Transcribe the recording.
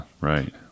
Right